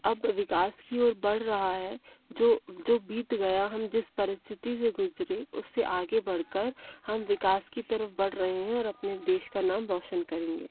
अब विकास की ओर बढ़ रहा है जो जो बीत गया हम जिस परिस्थिति से गुज़रे उस से आगे बढ़ कर हम विकास की तरफ़ बढ़ रहे हैं और अपने देश का नाम रौशन करेंगे